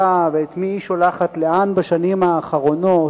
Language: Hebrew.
ואת מי היא שולחת לאן בשנים האחרונות,